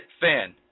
fan